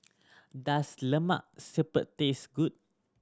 does Lemak Siput taste good